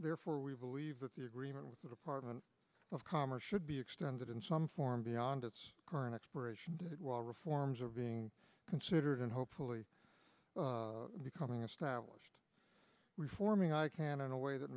therefore we believe that the agreement with the department of commerce should be extended in some form beyond its current expiration date while reforms are being considered and hopefully becoming established reforming icann in a way that